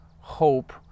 hope